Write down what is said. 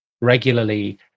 regularly